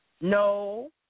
No